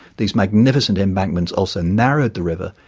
these magnificent embankments also narrowed the river,